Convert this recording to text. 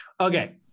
Okay